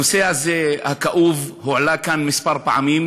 הנושא הזה, הכאוב, הועלה כאן כמה פעמים,